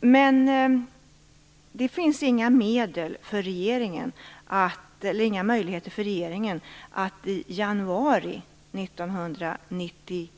Men det finns inga möjligheter för regeringen att i januari 1997